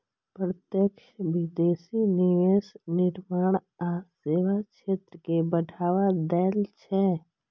प्रत्यक्ष विदेशी निवेश विनिर्माण आ सेवा क्षेत्र कें बढ़ावा दै छै